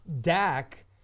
Dak